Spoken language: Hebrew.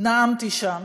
נאמתי שם